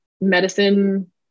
medicine